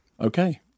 Okay